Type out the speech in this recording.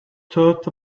thought